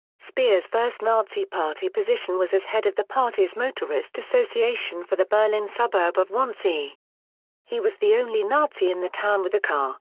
speer's first nazi party position was as head of the party's motorist association for the berlin suburb of wannsee he was the only nazi in the town with a car.